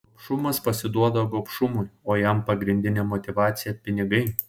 gobšumas pasiduoda gobšumui o jam pagrindinė motyvacija pinigai